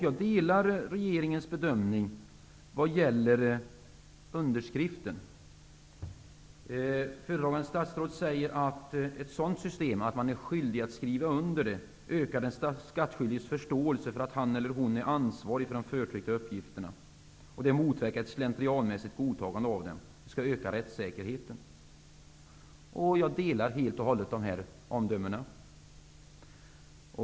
Jag delar regeringens bedömning vad gäller underskriften. Föredragande statsråd säger att ett sådant system, dvs, att man är skyldig att skriva under, ökar den skattskyldiges förståelse för att han eller hon är ansvarig för de förtryckta uppgifterna. Det motverkar ett slentrianmässigt godtagande av dem, vilket skall öka rättsäkerheten. Jag delar helt och hållet dessa omdömen.